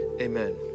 Amen